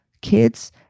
kids